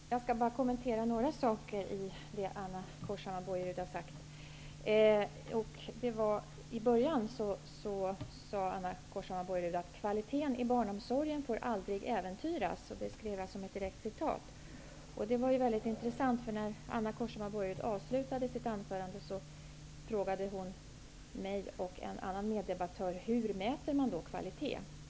Herr talman! Jag skall bara kommentera några saker i det som Anna Corshammar-Bojerud sade. I början sade hon ''Kvaliteten i barnomsorgen får aldrig äventyras''. Det är ett direkt citat. Det var intressant, eftersom Anna Corshammar-Bojerud när hon avslutade sitt anförande frågade mig och en annan meddebattör hur man mäter kvalitet.